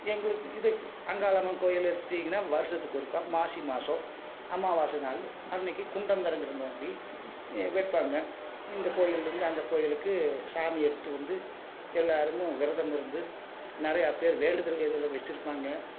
எங்களுக்கு இது அங்காளம்மன் கோயில் எடுத்துகிட்டிங்கனா வருஷத்துக்கு ஒருக்கா மாசி மாசம் அமாவாசை நாள் அன்னைக்கு குண்டம் இறங்குற நோன்பி வைப்பாங்க இந்த கோயில்ல இருந்து அந்த கோயிலுக்கு சாமி எடுத்துகிட்டு வந்து எல்லாரும் விரதம் இருந்து நிறையா பேர் வேண்டுதல் எதிலும் வச்சிருப்பாங்க